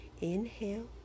Inhale